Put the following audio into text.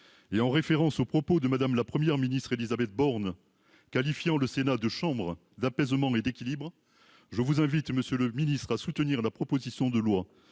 et pour faire suite aux propos de Mme la Première ministre Élisabeth Borne, qualifiant le Sénat de « chambre d'apaisement et d'équilibre », je vous invite à soutenir la proposition de loi